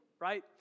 right